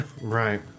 Right